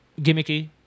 gimmicky